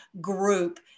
group